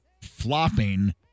flopping